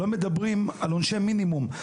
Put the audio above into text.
לא מדברים על עונשי מינימום.